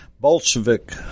bolshevik